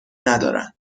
ندارن